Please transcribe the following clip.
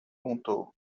perguntou